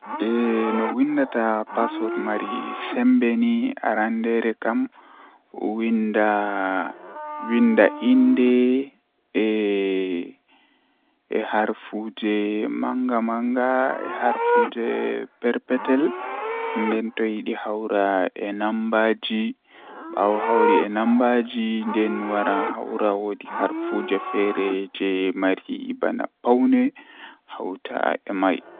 Haa asaweere midon huwa awaaji cappan e tati e joye ngamman midon siwta bo haa nduubu midon yi'a wadan nde tati yahugo nde nay.